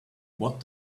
what